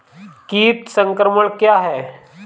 कीट संक्रमण क्या है?